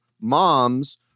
moms